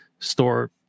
store